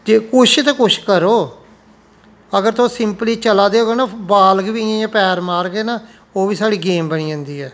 जे कुछ ते कुछ करो अगर तुस सिंपली चला दे होगे आ न बाल गी बी इ'यां पैर मारगे न ओह् बी साढ़ी गेम बनी जंदी ऐ